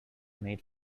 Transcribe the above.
made